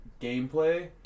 gameplay